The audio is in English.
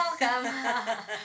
welcome